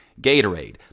gatorade